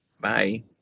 Bye